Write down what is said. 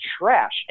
trash